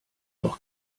doch